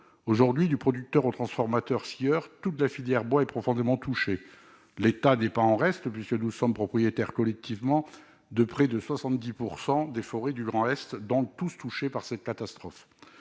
Aujourd'hui, du producteur au transformateur scieur, toute la filière bois est profondément touchée. L'État n'est pas en reste, puisque nous sommes propriétaires collectivement de près de 70 % des forêts du Grand Est, et donc touchés par cette catastrophe.